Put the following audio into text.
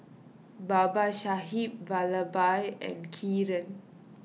Babasaheb Vallabhbhai and Kiran